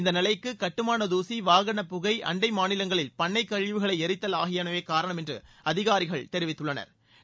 இந்த நிலைக்கு கட்டுமான தூசி வாகன புகை அண்டை மாநிலங்களில் பண்ணைக் கழிவுகளை எரித்தல் ஆகியனவே காரணம் என்று அதிகாரிகள் தெரிவித்துள்ளனா்